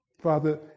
Father